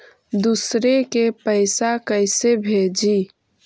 दुसरे के पैसा कैसे भेजी?